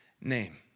name